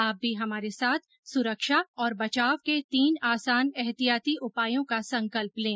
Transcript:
आप भी हमारे साथ सुरक्षा और बचाव के तीन आसान एहतियाती उपायों का संकल्प लें